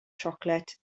siocled